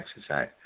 exercise